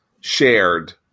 shared